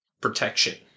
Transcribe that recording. protection